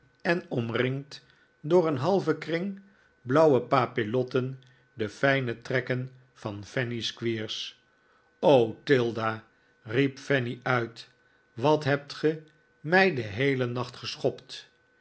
en omringd door een halven kring blauwe papillotten de fijne trekken van fanny squeers tilda riep fanny uit wat hebt ge mij den heelen nacht geschopt